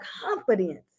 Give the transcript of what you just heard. confidence